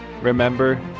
remember